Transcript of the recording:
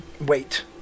wait